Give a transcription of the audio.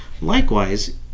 Likewise